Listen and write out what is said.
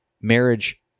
marriage